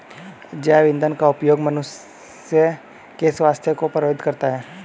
जैव ईंधन का उपयोग मनुष्य के स्वास्थ्य को प्रभावित करता है